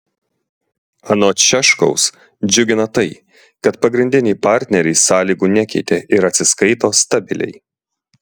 anot šiaškaus džiugina tai kad pagrindiniai partneriai sąlygų nekeitė ir atsiskaito stabiliai